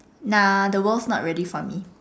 nah the world's not really for me